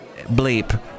Bleep